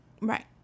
Right